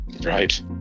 Right